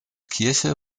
kirche